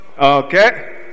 okay